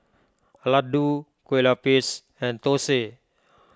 Laddu Kue Lupis and Thosai